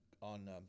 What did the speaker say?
on